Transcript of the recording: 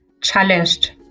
challenged